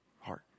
heart